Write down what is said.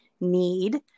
need